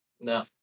no